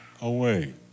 away